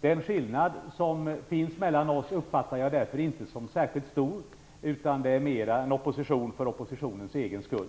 den skillnad som finns i våra uppfattningar som särskilt stor. Det är mera fråga om opposition för oppositionens egen skull.